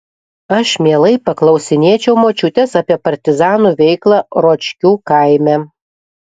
aš mielai paklausinėčiau močiutės apie partizanų veiklą ročkių kaime